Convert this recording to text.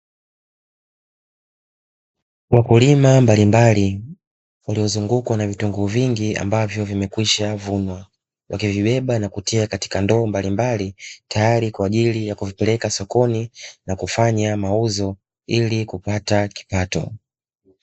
Wakulima mbalimbali, waliozungukwa na vitunguu vingi ambavyo vimeshakwisha vunwa, wakivibeba na kutia katika ndoo mbalimbali, tayari kwa ajili ya kuvipeleka sokoni na kufanya mauzo ili kupata kipato.